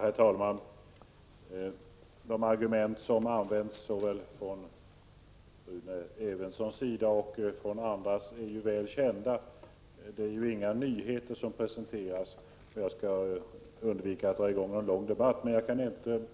Herr talman! De argument som framförs av såväl Rune Evensson som andra är väl kända. Det är inga nyheter som presenteras, och jag skall undvika att dra i gång en lång debatt. Jag kan emellertid